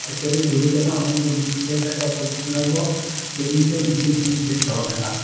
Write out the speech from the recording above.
ᱛᱮᱠᱚᱨᱤᱱ ᱜᱩᱨᱩ ᱫᱚ ᱱᱟᱜ ᱩᱱᱟᱹᱜ ᱫᱚ ᱵᱟᱹᱧ ᱴᱷᱤᱠᱟᱹᱣ ᱠᱟᱫ ᱠᱚᱣᱟ ᱚᱠᱚᱭ ᱠᱚ ᱠᱟᱱᱟ ᱠᱚ ᱛᱚ ᱤᱧᱫᱚ ᱩᱱᱠᱤᱱ ᱴᱷᱮᱱ ᱤᱧ ᱪᱮᱫ ᱫᱚᱦᱚ ᱞᱮᱱᱟ